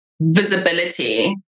visibility